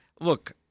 look